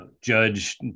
judge